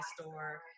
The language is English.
store